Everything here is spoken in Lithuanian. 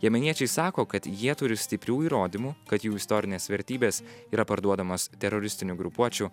jemeniečiai sako kad jie turi stiprių įrodymų kad jų istorinės vertybės yra parduodamos teroristinių grupuočių